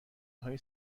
های